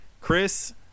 chris